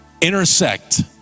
intersect